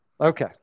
Okay